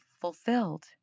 fulfilled